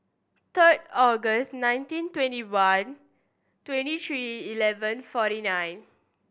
third August nineteen twenty one twenty three eleven forty nine